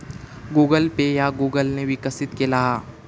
Google Pay ह्या Google ने विकसित केला हा